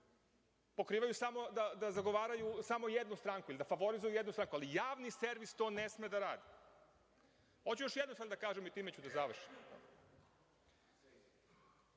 pokrivaju, da zagovaraju samo jednu stranku ili da favorizuju jednu stranku, ali javni servis to ne sme da radi. Hoću još jednu stvar da kažem i time ću da završim.